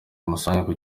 musange